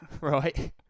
right